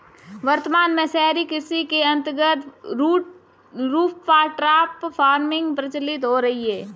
वर्तमान में शहरी कृषि के अंतर्गत रूफटॉप फार्मिंग प्रचलित हो रही है